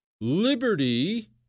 liberty